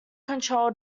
control